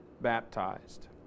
baptized